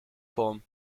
form